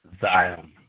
Zion